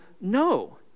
no